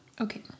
Okay